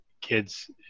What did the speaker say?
kids